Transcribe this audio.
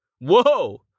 Whoa